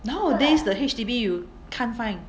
nowadays the H_D_B you can't find